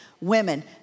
women